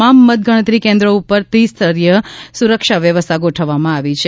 તમામ મતગણતરી કેન્દ્રો ઉપર ત્રિસ્તરીય સુરક્ષા વ્યવસ્થા ગોઠવવામાં આવી છે